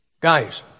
Guys